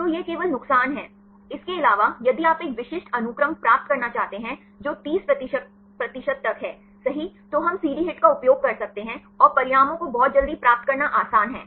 तो यह केवल नुकसान है इसके अलावा यदि आप एक विशिष्ट अनुक्रम प्राप्त करना चाहते हैं जो 30 प्रतिशत तक है सही तो हम CD HIT का उपयोग कर सकते हैं और परिणामों को बहुत जल्दी प्राप्त करना आसान है